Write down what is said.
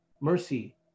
mercy